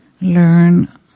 learn